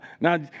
Now